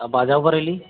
आप आ जाओ बरेली